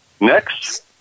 Next